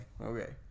Okay